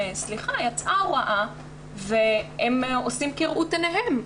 יצאה הוראה והם עושים כראות עיניהם.